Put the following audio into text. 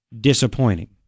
disappointing